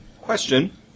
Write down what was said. Question